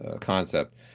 concept